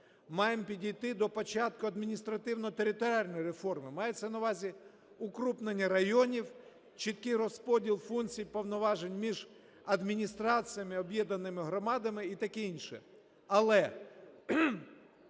маємо підійти до початку адміністративно-територіальної реформи, мається на увазі укрупнення районів, чіткий розподіл функцій, повноважень між адміністраціями, об'єднаними громадами і таке інше.